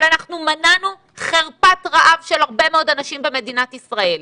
אבל אנחנו מנענו חרפת רעב של הרבה מאוד אנשים במדינת ישראל.